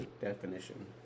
definition